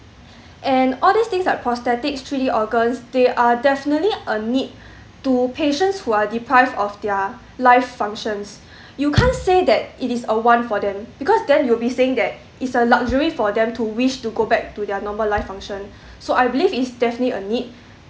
and all these things like prosthetics three D organs they are definitely a need to patients who are deprived of their life functions you can't say that it is a want for them because then you will be saying that it's a luxury for them to wish to go back to their normal life function so I believe is definitely a need